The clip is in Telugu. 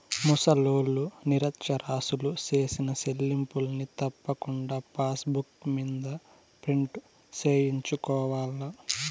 ముసలోల్లు, నిరచ్చరాసులు సేసిన సెల్లింపుల్ని తప్పకుండా పాసుబుక్ మింద ప్రింటు సేయించుకోవాల్ల